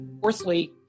Fourthly